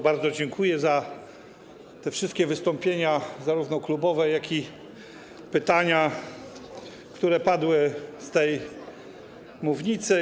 Bardzo dziękuję za te wszystkie wystąpienia, zarówno klubowe, jak i pytania, które padły z tej mównicy.